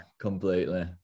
completely